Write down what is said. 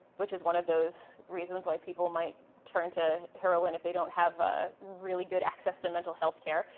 which is one of those reasons why people might turn to heroin if they don't have ah really good access to mental health care.